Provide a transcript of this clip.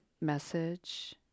message